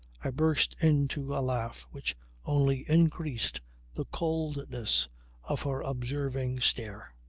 i burst into a laugh which only increased the coldness of her observing stare.